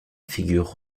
figure